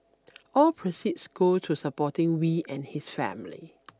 all proceeds go to supporting Wee and his wife